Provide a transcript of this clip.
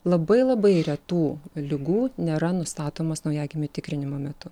labai labai retų ligų nėra nustatomos naujagimių tikrinimo metu